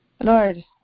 Lord